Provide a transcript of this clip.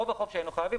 רוב החוב שהיינו חייבים,